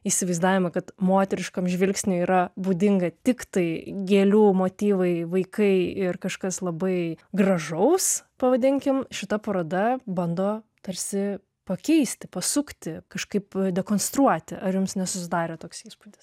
įsivaizdavimą kad moteriškam žvilgsniui yra būdinga tiktai gėlių motyvai vaikai ir kažkas labai gražaus pavadinkim šita paroda bando tarsi pakeisti pasukti kažkaip dekonstruoti ar jums nesusidarė toks įspūdis